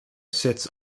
sits